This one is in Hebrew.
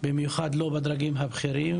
במיוחד לא בדרגים הבכירים,